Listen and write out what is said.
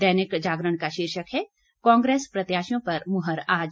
दैनिक जागरण का शीर्षक है कांग्रेस प्रत्याशियों पर मुहर आज